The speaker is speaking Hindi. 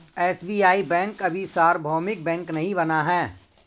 एस.बी.आई बैंक अभी सार्वभौमिक बैंक नहीं बना है